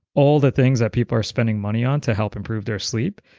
all the things that people are spending money on to help improve their sleep,